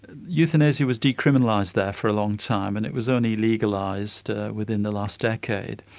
euthanasia was decriminalised there for a long time, and it was only legalised within the last decade.